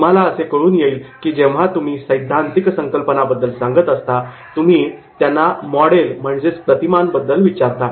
तुम्हाला कळून येईल की जेव्हा तुम्ही त्यांना सैद्धांतिक कल्पनाबद्दल सांगत असता तुम्ही त्याला त्यातील प्रतिमान model मॉडेल बद्दल बद्दल विचारता